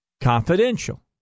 confidential